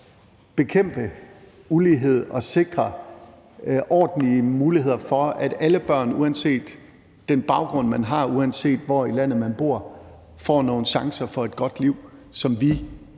at bekæmpe ulighed og sikre ordentlige muligheder for, at alle børn, uanset hvilken baggrund man har, og uanset hvor i landet man bor, får nogle chancer for at få et godt liv, hvilket